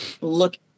look